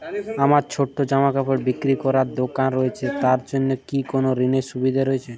আমার ছোটো জামাকাপড় বিক্রি করার দোকান রয়েছে তা এর জন্য কি কোনো ঋণের সুবিধে রয়েছে?